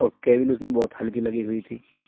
اور کیبل اس میں بہت ہلکی لگی ہوئی تھی